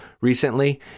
recently